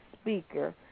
speaker